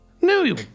New